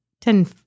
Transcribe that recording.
ten